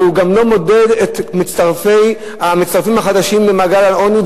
אבל הוא לא מודד את המצטרפים החדשים למעגל העוני,